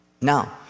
Now